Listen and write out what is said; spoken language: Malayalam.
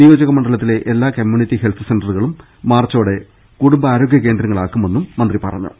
നിയോ ജക മണ്ഡലത്തിലെ എല്ലാ കമ്മ്യൂണിറ്റി ഹെൽത്ത് സെന്ററുകളും മാർച്ചോടെ കുടുംബാരോഗൃ കേന്ദ്രങ്ങളാക്കുമെന്നും മന്ത്രി പറഞ്ഞു